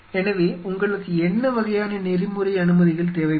எனவே உங்களுக்கு என்ன வகையான நெறிமுறை அனுமதிகள் தேவைப்படும்